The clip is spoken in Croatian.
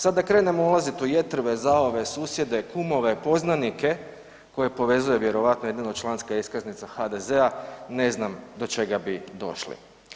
Sada da krenem ulaziti u jetrve, zaove, susjede, kukove, poznanike koje povezuje vjerojatno jedino članska iskaznica HDZ-a, ne znam do čega bi došli.